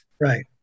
Right